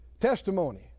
Testimony